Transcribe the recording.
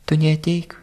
tu neateik